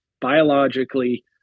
biologically